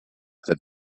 that